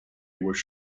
with